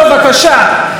בבקשה,